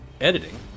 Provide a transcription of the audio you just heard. editing